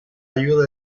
ayuda